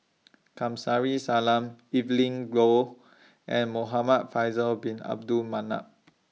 Kamsari Salam Evelyn glow and Muhamad Faisal Bin Abdul Manap